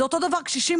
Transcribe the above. זה אותו דבר קשישים,